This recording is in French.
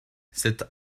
cet